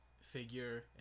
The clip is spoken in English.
figure